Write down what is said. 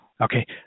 Okay